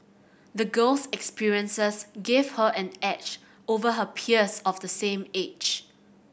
the girl's experiences gave her an edge over her peers of the same age